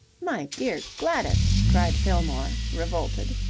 my dear gladys! cried fillmore revolted.